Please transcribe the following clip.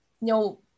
no